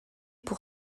pour